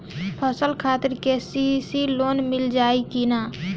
फसल खातिर के.सी.सी लोना मील जाई किना?